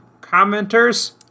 commenters